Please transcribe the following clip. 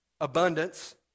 abundance